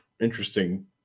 interesting